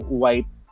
white